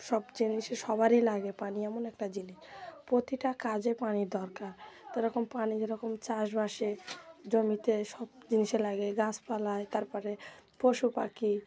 সব জিনিসে সবারই লাগে পানি এমন একটা জিনিস প্রতিটা কাজে পানির দরকার তা এরকম পানি যেরকম চাষবাসে জমিতে সব জিনিসে লাগে গাছপালায় তার পরে পশু পাখি